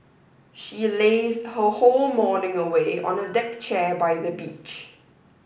she lazed her whole morning away on a deck chair by the beach